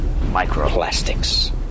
Microplastics